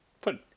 put